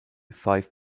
five